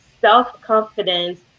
self-confidence